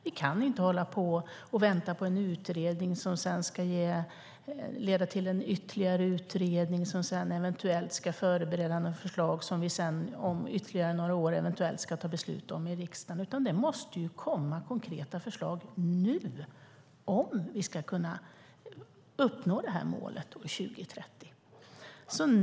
Vi kan inte hålla på och vänta på en utredning, som sedan ska leda till en ytterligare utredning, som sedan eventuellt ska förbereda något förslag som vi om ytterligare några år eventuellt ska fatta beslut om i riksdagen. Det måste ju komma konkreta förslag nu om vi ska kunna uppnå detta mål år 2030.